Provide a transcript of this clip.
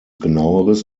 genaueres